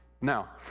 Now